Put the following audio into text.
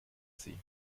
sie